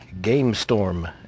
GameStorm